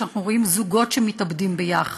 שאנחנו רואים זוגות חסרי אונים